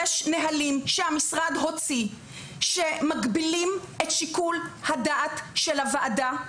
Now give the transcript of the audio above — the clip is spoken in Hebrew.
יש נהלים שהמשרד הוציא שמקבילים את שיקול הדעת של הוועדה,